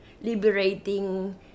liberating